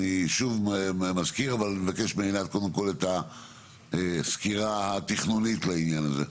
אני אבקש מעינת קודם כל את הסקירה התכנונית לעניין הזה.